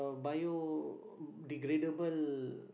biodegradable